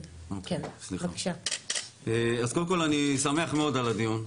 אז קודם כל אני שמח מאוד על הדיון,